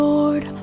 Lord